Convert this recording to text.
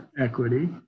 equity